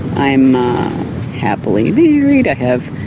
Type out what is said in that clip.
i'm happily married, i have